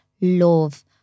love